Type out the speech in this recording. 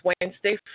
Wednesday